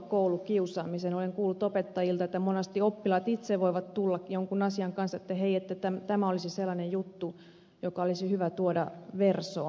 olen kuullut opettajilta että monesti oppilaat itse voivat tulla jonkun asian kanssa että hei tämä olisi sellainen juttu joka olisi hyvä tuoda versoon